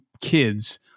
kids